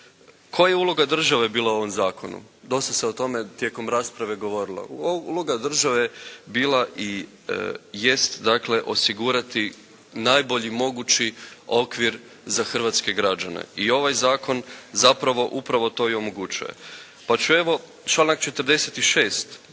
Koja je uloga države bila u ovom zakonu? Dosta se o tome tijekom rasprave govorilo. Uloga države bila i jest dakle osigurati najbolji mogući okvir za hrvatske građane i ovaj zakon zapravo upravo to i omogućuje. Pa ću evo članak 46.